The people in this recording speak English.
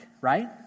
right